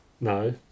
No